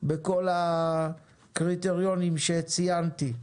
בכל הקריטריונים שציינתי,